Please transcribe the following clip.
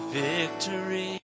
victory